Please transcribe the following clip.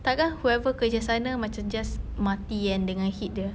tak akan whoever kerja sana macam just mati kan dengan heat dia